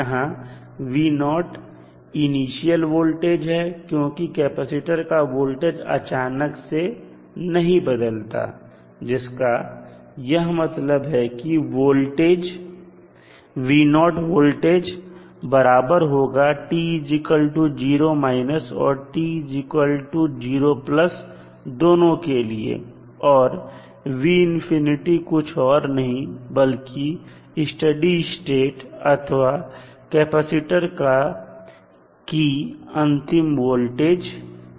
यहां initial voltage है क्योंकि कैपेसिटर का वोल्टेज अचानक से नहीं बदलता है जिसका यह मतलब है कि वोल्टेज बराबर होगा t0 और t0 दोनों के लिए और कुछ नहीं बल्कि स्टडी स्टेट अथवा कैपेसिटर की अंतिम वोल्टेज है